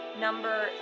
number